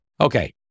Okay